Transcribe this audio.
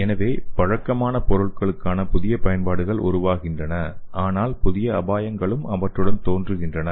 எனவே பழக்கமான பொருட்களுக்கான புதிய பயன்பாடுகள் உருவாகின்றன ஆனால் புதிய அபாயங்களும் அவற்றுடன் தோன்றுகின்றன